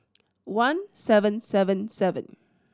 one seven seven seven